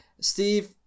steve